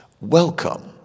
Welcome